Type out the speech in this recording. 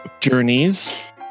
journeys